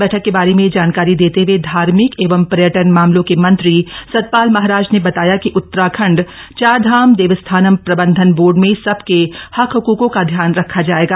बैठक के बारे में जानकारी देते हए धार्मिक एंव पर्यटन मामलों के मंत्री सतपाल महाराज ने बताया कि उत्तराखण्ड चारधाम देवस्थाम प्रबन्धन बोर्ड में सबके हक हकुकों का ध्यान रखा जायेगा